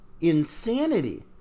insanity